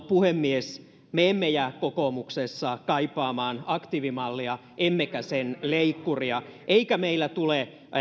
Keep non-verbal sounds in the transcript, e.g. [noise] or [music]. [unintelligible] puhemies me emme jää kokoomuksessa kaipaamaan aktiivimallia emmekä sen leikkuria eikä meillä tule